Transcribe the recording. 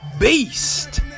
beast